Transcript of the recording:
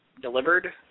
delivered